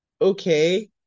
okay